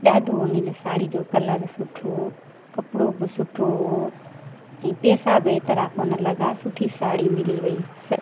ॾाढो उनजो साड़ी जो कलर सुठो कपिड़ो बि सुठो हो ऐं पैसा बि एतिरा कोन्ह लॻा सुठी साड़ी मिली वई स